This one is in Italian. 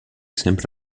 sempre